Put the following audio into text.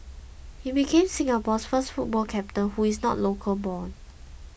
he became Singapore's first football captain who is not local born